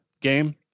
game